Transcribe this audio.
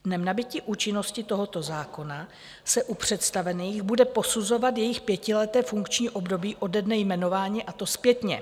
Dnem nabytí účinnosti tohoto zákona se u představených bude posuzovat jejich pětileté funkční období ode dne jmenování, a to zpětně.